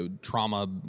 trauma